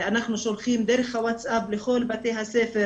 אנחנו שולחים דרך הווטסאפ לכל בתי הספר